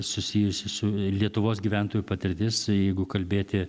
susijusi su lietuvos gyventojų patirtis jeigu kalbėti